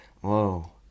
whoa